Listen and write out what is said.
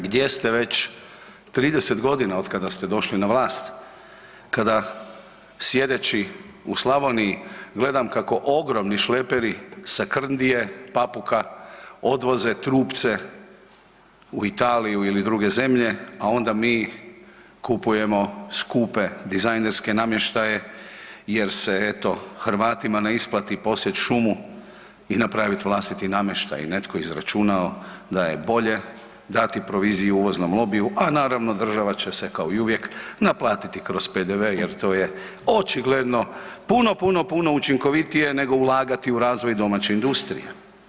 Gdje ste već 30 godina od kada ste došli na vlast kada sjedeći u Slavoniji gledam kako ogromni šleperi sa Krndije, Papuka odvoze trupce u Italiju ili druge zemlje, a onda mi kupujemo skupe dizajnerske namještaje jer se eto Hrvatima ne isplati posjeći šumu i napraviti vlastiti namještaj i netko je izračunao da je bolje dati proviziju uvoznom lobiju, a naravno država će se kao i uvijek naplatiti kroz PDV jer to je očigledno puno, puno učinkovitije nego ulagati u razvoj domaće industrije.